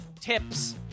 tips